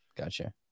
Gotcha